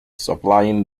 supplying